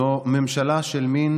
זו ממשלה של מין